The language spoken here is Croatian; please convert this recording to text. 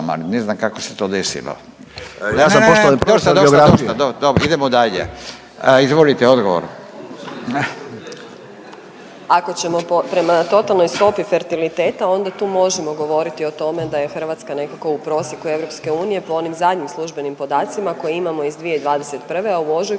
a ne znam kako se to desilo. …/Upadica Zekanović: Ja sam poštovani profesor geografije./… Dosta, idemo dalje. Izvolite odgovor. **Josić, Željka (HDZ)** Ako ćemo prema totalnoj stopi fertiliteta onda tu možemo govoriti o tome da je Hrvatska nekako u prosjeku EU po onim zadnjim službenim podacima koje imamo iz 2021. A u ožujku